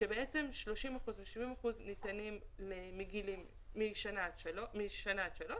כאשר בעצם 30 אחוזים ו-70 אחוזים ניתנים מגיל שנה עד שלוש